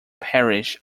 parish